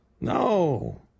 No